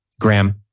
Graham